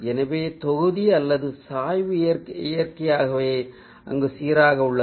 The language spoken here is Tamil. எனவே தொகுதி அல்லது சாய்வு இயற்கையாகவே அங்கு சீராக உள்ளது